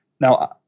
Now